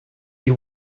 you